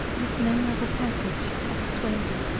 this memorable passage of the suevi,